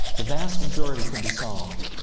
the vast majority could be solved,